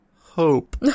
hope